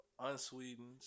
Unsweetened